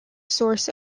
source